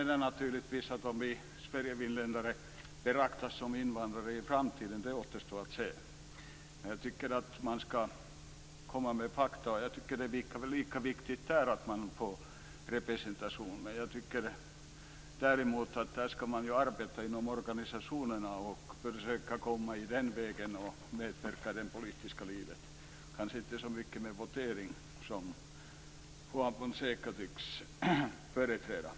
Om vi Sverige-finländare sedan kommer att betraktas som invandrare i framtiden återstår att se. Men man skall komma med fakta. Det är viktigt med invandrarrepresentation, men man måste arbeta inom organisationer och den vägen försöka medverka i det politiska livet, kanske inte så mycket genom kvotering, som Juan Fonseca tycks förespråka.